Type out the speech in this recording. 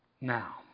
Now